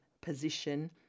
position